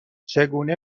چگونه